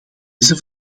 deze